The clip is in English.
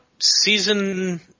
season